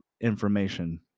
information